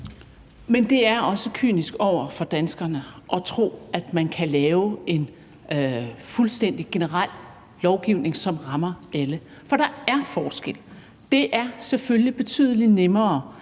Men det er også kynisk over for danskerne at sige, at man kan lave en fuldstændig generel lovgivning, som rammer alle, for der er forskel. Det er selvfølgelig betydelig nemmere